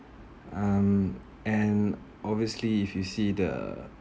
um and obviously if you see the